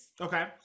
okay